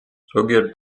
ზოგიერთ